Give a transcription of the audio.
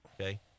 Okay